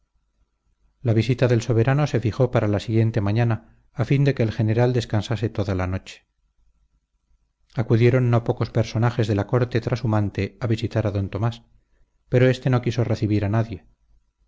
la visita del soberano se fijó para la siguiente mañana a fin de que el general descansase toda la noche acudieron no pocos personajes de la corte trashumante a visitar a d tomás pero éste no quiso recibir a nadie